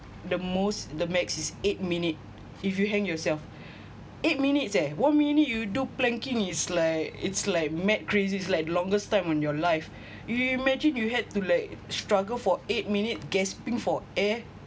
the most the max is eight minute if you hang yourself eight minutes eh one minute you do planking it's like it's like mad crazy it's like longest time on your life you imagine you had to like struggle for eight minutes gasping for air